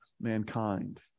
mankind